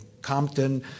Compton